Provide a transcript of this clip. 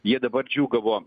jie dabar džiūgavo